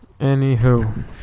Anywho